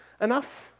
enough